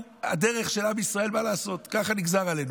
הדרך של עם ישראל, מה לעשות, ככה נגזר עלינו.